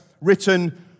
written